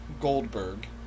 Goldberg